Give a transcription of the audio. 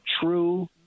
true